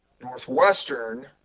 Northwestern